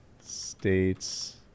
States